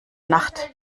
nacht